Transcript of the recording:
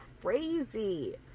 crazy